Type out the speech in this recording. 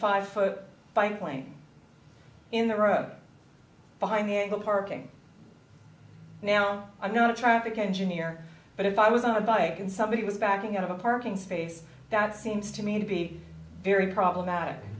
five foot by claim in the road behind me and the parking now i'm not a traffic engineer but if i was on a bike and somebody was backing out of a parking space that seems to me to be very problematic